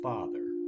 Father